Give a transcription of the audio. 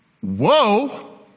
whoa